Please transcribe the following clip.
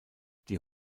die